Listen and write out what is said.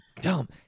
dumb